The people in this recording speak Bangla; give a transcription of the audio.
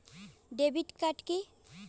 Debit card key?